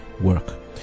work